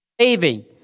saving